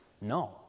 no